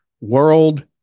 world